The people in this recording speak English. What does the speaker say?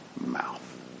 mouth